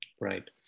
Right